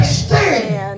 stand